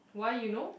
why you know